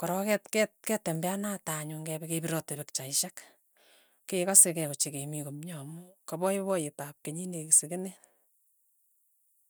korok ket ket ketembeanate anyun kepe kepirate pikchaishek kekase kei ochei kemi komie amu kapoipoyet ap kenyit nekisikenech.